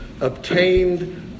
obtained